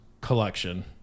collection